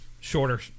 Shorter